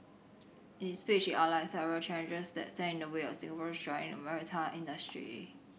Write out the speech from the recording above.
in his speech he outlined several challenges that stand in the way of Singaporeans joining the maritime industry